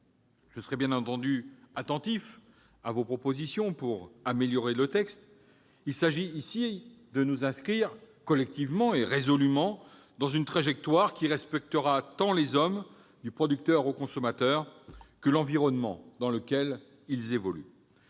Je serai bien entendu attentif à vos propositions pour améliorer le texte. Il s'agit de nous inscrire collectivement et résolument dans une trajectoire qui respectera tant les hommes, du producteur au consommateur, que l'environnement dans lequel ils évoluent.